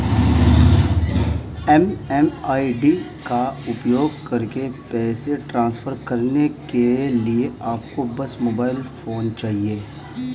MMID का उपयोग करके पैसे ट्रांसफर करने के लिए आपको बस मोबाइल फोन चाहिए